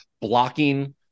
blocking